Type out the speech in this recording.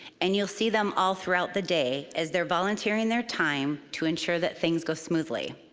and you'll see them all throughout the day as they're volunteering their time to ensure that things go smoothly.